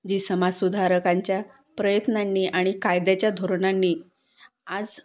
जी समाजसुधारकांच्या प्रयत्नांनी आणि कायद्याच्या धोरणांनी आज